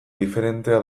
diferentea